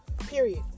period